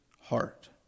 heart